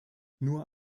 nur